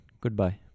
goodbye